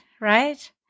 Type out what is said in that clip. right